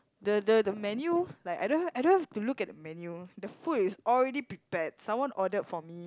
the the the menu like I don't I don't have to look at the menu the food is already prepared someone ordered for me